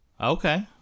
Okay